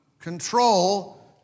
Control